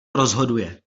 rozhoduje